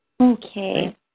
Okay